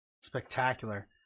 Spectacular